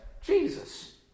Jesus